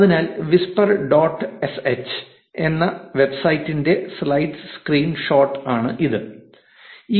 അതിനാൽ whisper dot SH whisper dot sh എന്ന വെബ്സൈറ്റിന്റെ സ്ലൈഡ് സ്ക്രീൻ ഷോട്ട് ഇതാ